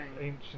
ancient